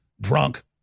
drunk